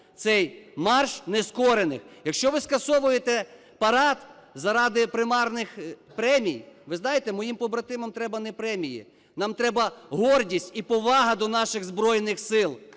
цей марш нескорених, якщо ви скасовуєте парад, заради примарних премій. Ви знаєте, моїм побратимам треба не премії, нам треба гордість і повага до наших Збройних Сил,